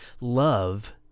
love